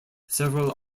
several